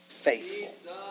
faithful